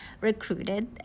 recruited